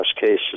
cases